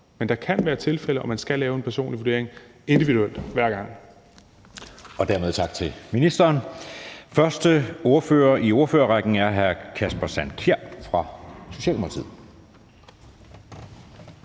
Men der kan være tilfælde, og man skal lave en personlig vurdering individuelt hver gang. Kl. 16:18 Anden næstformand (Jeppe Søe): Dermed tak til ministeren. Første ordfører i ordførerrækken er hr. Kasper Sand Kjær fra Socialdemokratiet.